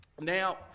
Now